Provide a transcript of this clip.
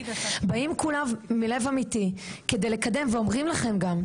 באים כולם מלב אמיתי כדי לקדם ואומרים לכם גם,